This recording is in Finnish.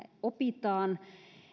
opitaan